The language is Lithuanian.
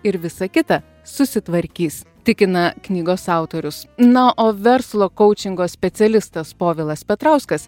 ir visa kita susitvarkys tikina knygos autorius na o verslo kaučingo specialistas povilas petrauskas